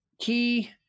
Key